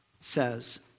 says